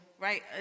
right